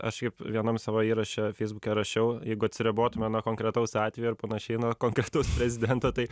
aš kaip vienam savo įraše feisbuke rašiau jeigu atsiribotume nuo konkretaus atvejo ir panašiai nuo konkretaus prezidento tai